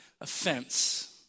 offense